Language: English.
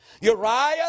Uriah